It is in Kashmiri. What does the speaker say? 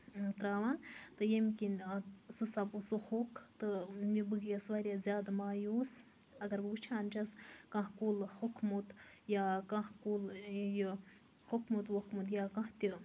تراوان تہٕ ییٚمہِ کِنۍ اَتھ سُہ سَپُز سُہ ہوٚکھ تہٕ بہٕ گٔیَس واریاہ زیادٕ مایوٗس اَگر بہٕ وُچھان چھَس کانٛہہ کُل ہوٚکھمُت یا کانٛہہ کُل یہِ ہوٚکھمُت ووٚکھمُت یا کانٛہہ تہِ